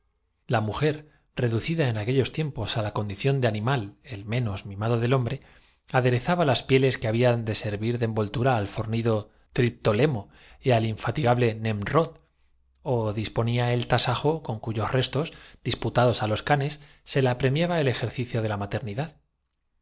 la mujer reducida en aquellos tiempos á la condi ción de animal el menos mimado del hombre adereved nuestra zaba las pieles que hablan de servir de envoltura al extenuaciónprosiguió el políglota fornido reconfortad con algún alimento nuestras perdidas triptolemo y al infatigable nemrod ó dispo nía el tasajo con cuyos restos disputados á los canes fuerzas ó la verdad se la premiaba el ejercicio de la maternidad